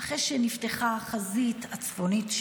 אחרי שנפתחה החזית הצפונית,